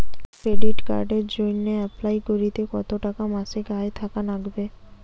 Credit কার্ডের জইন্যে apply করিতে কতো টাকা মাসিক আয় থাকা নাগবে?